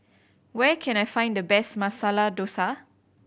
where can I find the best Masala Dosa